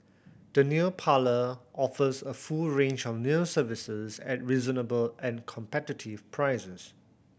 the nail parlour offers a full range of nail services at reasonable and competitive prices